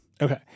Okay